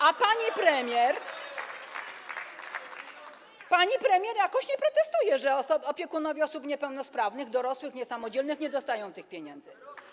A pani premier jakoś nie protestuje, że opiekunowie osób niepełnosprawnych, dorosłych, niesamodzielnych, nie dostają tych pieniędzy.